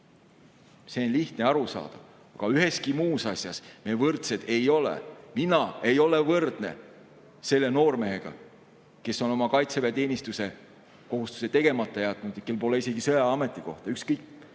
on lihtne aru saada. Aga üheski muus asjas me võrdsed ei ole. Mina ei ole võrdne selle noormehega, kes on oma kaitseväeteenistuse kohustuse [täitmata] jätnud ja kel pole isegi sõjaaja ametikohta, ükskõik,